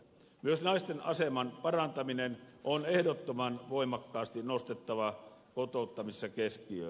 myös naisten aseman parantaminen on ehdottoman voimakkaasti nostettava kotouttamisessa keskiöön